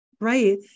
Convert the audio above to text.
Right